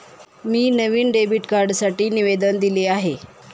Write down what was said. मी नवीन डेबिट कार्डसाठी निवेदन दिले आहे